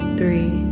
three